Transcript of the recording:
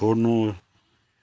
छोड्नु